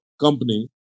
company